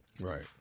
Right